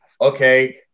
okay